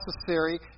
necessary